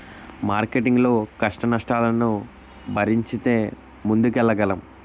marketing లో కష్టనష్టాలను భరించితే ముందుకెళ్లగలం